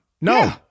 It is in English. No